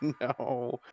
No